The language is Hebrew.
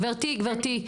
גברתי,